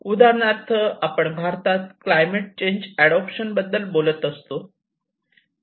उदाहरणार्थ आपण भारतात क्लायमेट चेंज अडोप्शन बद्दल बोलत असतो